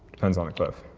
depends on the cliff.